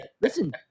Listen